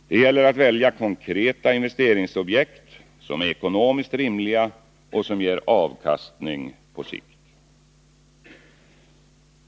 Samtidigt gäller det att välja konkreta investeringsobjekt, som är ekonomiskt rimliga och som ger avkastning på sikt.